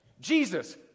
Jesus